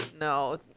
No